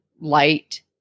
light